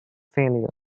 failure